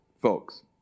folks